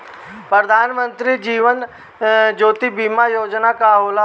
प्रधानमंत्री जीवन ज्योति बीमा योजना का होला?